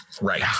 Right